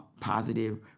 positive